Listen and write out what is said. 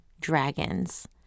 dragons